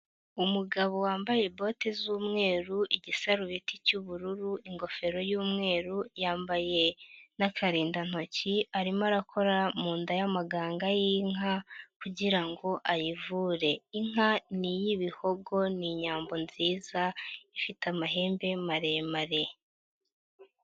Umugabo wambaye boti z'umweru, igisarubeti cy'ubururu, ingofero y'umweru, yambaye n'akarindantoki arimo arakora mu nda y'amaganga y'inka kugira ngo ayivure. Inka ni iy'ibihogo, ni inyambo nziza ifite amahembe maremare.